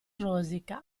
rosica